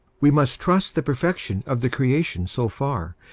we must trust the perfection of the creation so far,